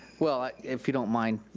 well, if you don't mind,